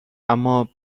اما